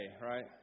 right